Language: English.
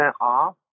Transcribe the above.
off